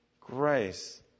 grace